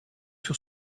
sur